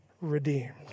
redeemed